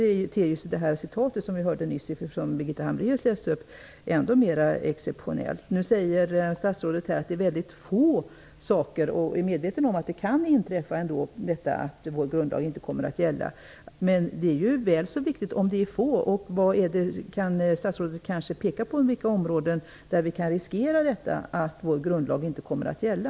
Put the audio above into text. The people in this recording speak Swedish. Därför ter sig det citat som vi nyss hörde Birgitta Hambraeus läsa ännu mer exceptionellt. Statsrådet säger att det handlar om få områden, men hon är medveten om att det kan inträffa att vår grundlag inte kommer att gälla. Detta är viktigt även om det bara handlar om några få områden. Kan statsrådet peka på inom vilka områden vi kan riskera att vår grundlag inte kommer att gälla?